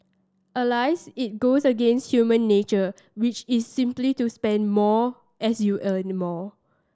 Alas it goes against human nature which is simply to spend more as you earn any more